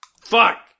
Fuck